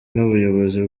n’ubuyobozi